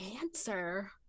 answer